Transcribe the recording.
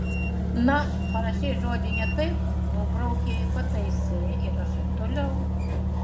na parašei žodį ne taip nubraukei pataisei ir rašai toliau